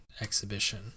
exhibition